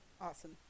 awesome